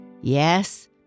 Yes